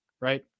right